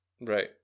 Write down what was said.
Right